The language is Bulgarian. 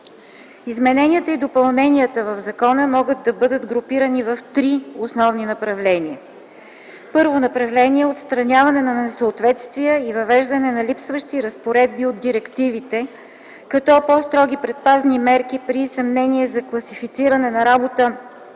Измененията и допълненията в законопроекта могат да бъдат групирани в три основни направления: І. Отстраняване на несъответствия и въвеждане на липсващи разпоредби от директивите, като: - по строги предпазни мерки при съмнение за класифициране на работата